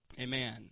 amen